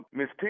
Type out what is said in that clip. Miss